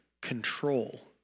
control